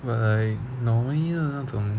but like normally 的那种